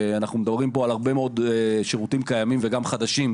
אנחנו מדברים פה על הרבה מאוד שירותים חדשים וגם קיימים,